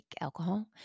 alcohol